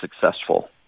successful